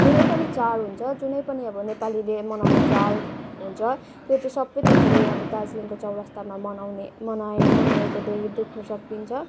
जुनै पनि चाड हुन्छ जुनै पनि अब नेपालीले मनाउने चाड हुन्छ त्यो चाहिँ सबै तपाईँले अब दार्जिलिङको चौरस्तामा मनाउने मनाए मनाएको दे देख्नु सकिन्छ